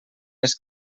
més